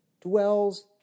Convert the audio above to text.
dwells